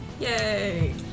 Yay